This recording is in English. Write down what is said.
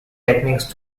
techniques